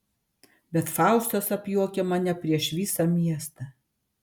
bet faustas apjuokia mane prieš visą miestą